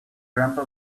grandpa